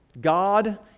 God